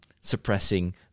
suppressing